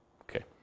Okay